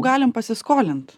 galim pasiskolint